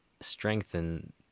strengthen